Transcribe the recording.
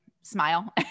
smile